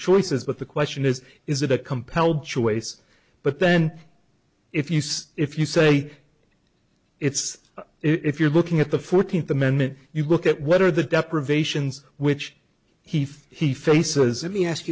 choices but the question is is it a compelled to ace but then if you say if you say it's if you're looking at the fourteenth amendment you look at what are the deprivations which he feels he faces me ask